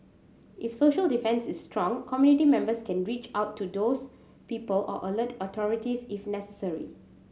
if social defence is strong community members can reach out to those people or alert the authorities if necessary